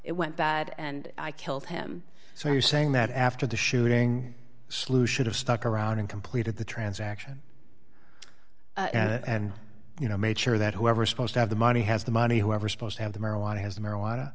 it went bad and i killed him so are you saying that after the shooting slew should have stuck around incomplete at the transaction and you know made sure that whoever supposed to have the money has the money whoever supposed to have the marijuana has marijuana